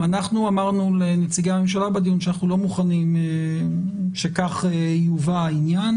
אנחנו אמרנו לנציגי הממשלה בדיון שאנחנו לא מוכנים שכך יובא העניין,